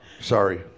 Sorry